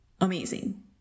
amazing